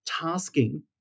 tasking